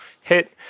hit